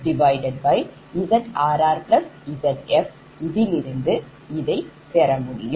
எனவேIfVr0ZrrZf இதிலிருந்து இதைப் பெற முடியும்